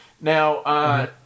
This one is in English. Now